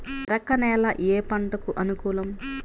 మెరక నేల ఏ పంటకు అనుకూలం?